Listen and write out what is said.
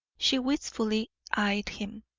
she wistfully eyed him.